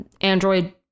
Android